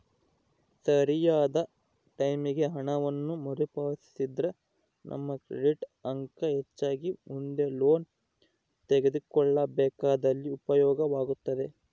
ಸರಿಯಾದ ಟೈಮಿಗೆ ಹಣವನ್ನು ಮರುಪಾವತಿಸಿದ್ರ ನಮ್ಮ ಕ್ರೆಡಿಟ್ ಅಂಕ ಹೆಚ್ಚಾಗಿ ಮುಂದೆ ಲೋನ್ ತೆಗೆದುಕೊಳ್ಳಬೇಕಾದಲ್ಲಿ ಉಪಯೋಗವಾಗುತ್ತದೆ